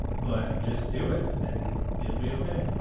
but just do it and it'll be okay.